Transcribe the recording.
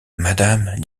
madame